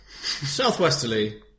southwesterly